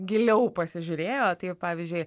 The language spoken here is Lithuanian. giliau pasižiūrėjo tai pavyzdžiui